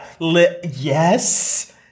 Yes